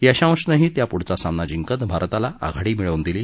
यशांशनंही त्यापुढचा सामना जिंकत भारताला आघाडी मिळवून दिली